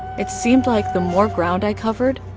it seemed like the more ground i covered,